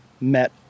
met